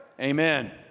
Amen